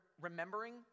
remembering